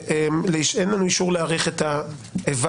אין לנו אישור להאריך את הוועדה.